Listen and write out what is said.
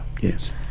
Yes